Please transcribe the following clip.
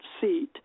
seat